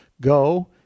go